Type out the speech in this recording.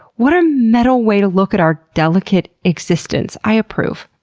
what a metal way to look at our delicate existence! i approve.